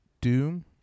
Doom